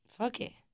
okay